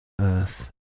Earth